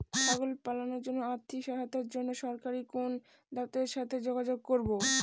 ছাগল পালনের জন্য আর্থিক সাহায্যের জন্য সরকারি কোন দপ্তরের সাথে যোগাযোগ করব?